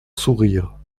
sourire